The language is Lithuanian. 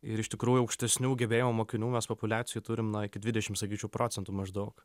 ir iš tikrųjų aukštesnių gebėjimų mokinių mes populiacijoj turim na iki dvidešim sakyčiau procentų maždaug